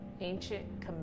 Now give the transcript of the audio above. ancient